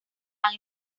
han